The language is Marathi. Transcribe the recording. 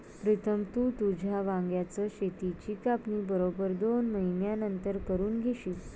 प्रीतम, तू तुझ्या वांग्याच शेताची कापणी बरोबर दोन महिन्यांनंतर करून घेशील